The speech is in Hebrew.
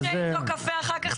תשתה איתו קפה אחר כך,